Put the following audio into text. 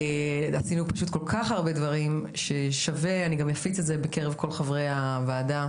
עשינו כל כך הרבה דברים ששווה אני גם אפיץ את זה בקרב כל חברי הוועדה,